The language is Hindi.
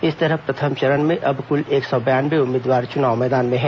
इस तरह प्रथम चरण में अब कुल एक सौ बयानवे उम्मीदवार चुनाव मैदान में हैं